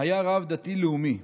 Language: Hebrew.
היה רב דתי לאומי.